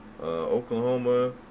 Oklahoma